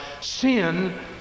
sin